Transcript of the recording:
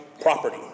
property